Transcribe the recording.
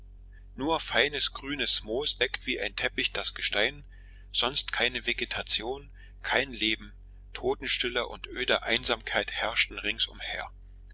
nur feines grünes moos deckt wie ein teppich das gestein sonst keine vegetation kein leben totenstille und öde einsamkeit herrschten ringsumher